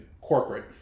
corporate